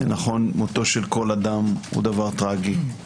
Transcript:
נכון, מותו של כל אדם הוא דבר טראגי,